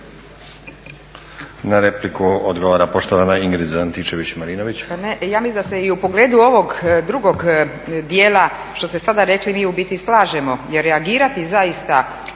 Na repliku odgovara poštovana Ingrid Antičević-Marinović.